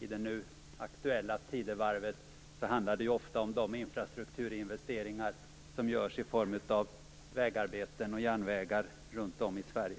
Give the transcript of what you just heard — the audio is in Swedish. I det nu aktuella tidevarvet handlar det ofta om de infrastrukturinvesteringar som görs i form av vägarbeten och järnvägar runt om i Sverige.